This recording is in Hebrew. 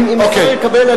אם השר יקבל,